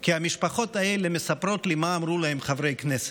כי המשפחות האלה מספרות לי מה אמרו להם חברי כנסת: